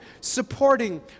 supporting